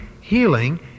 healing